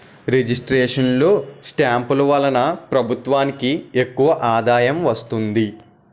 registration లో స్టాంపులు వలన ప్రభుత్వానికి ఎక్కువ ఆదాయం వస్తుంది